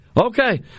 Okay